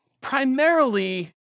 primarily